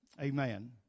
Amen